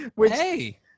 hey